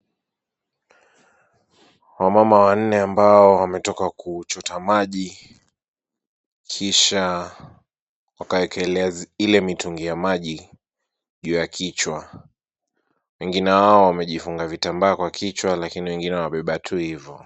Wamama wanne ambao wametoka kuchota maji kisha wakaekelea ile mitungi ya maji juu ya kichwa. Wenginewao wamejifunga vitambara kwa kichwa lakini wengine wamebeba ivo.